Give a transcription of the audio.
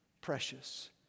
precious